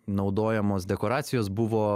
naudojamos dekoracijos buvo